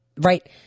Right